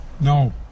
No